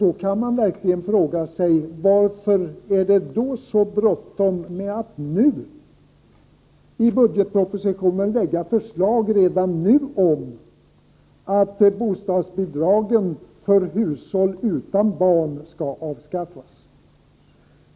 Man kan verkligen fråga sig: Varför hade regeringen så bråttom att den redan i budgetpropositionen lade fram förslag om att bostadsbidragen till hushåll utan barn skall avskaffas?